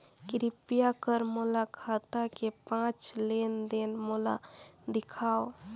कृपया कर मोर खाता के पांच लेन देन मोला दिखावव